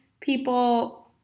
people